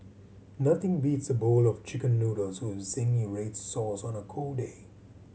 nothing beats a bowl of Chicken Noodles with zingy red sauce on a cold day